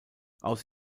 aus